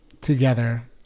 together